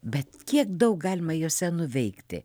bet kiek daug galima jose nuveikti